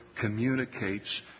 communicates